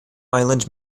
island